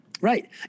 right